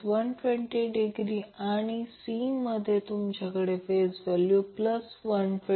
म्हणून VL max I XL असेल XL 70